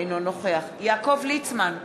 אינו נוכח יעקב ליצמן,